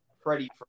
Freddie